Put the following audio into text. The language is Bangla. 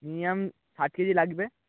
মিনিমাম ষাট কেজি লাগবে